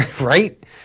right